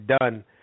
done